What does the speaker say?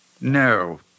No